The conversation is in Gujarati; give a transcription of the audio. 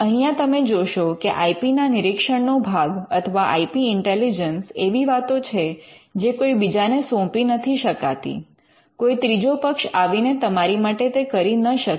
અહીંયા તમે જોશો કે આઇ પી ના નિરીક્ષણનો ભાગ અથવા આઇ પી ઇન્ટેલિજન્સ એવી વાતો છે જે કોઈ બીજાને સોંપી નથી શકાતી કોઈ ત્રીજો પક્ષ આવી ને તમારી માટે તે કરી ન શકે